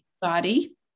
body